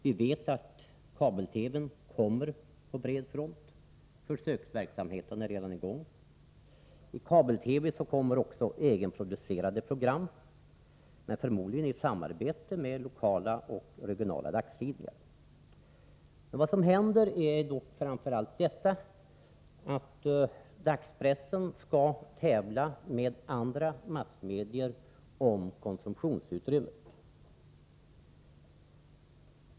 Vi vet att kabel-TV kommer på bred front — försöksverksamheten är redan i gång. I kabel-TV kommer också egenproducerade program, förmodligen i samarbete med lokala och regionala dagstidningar. Vad som händer blir då framför allt att dagspressen får tävla med andra massmedier om konsumtionsutrymmet.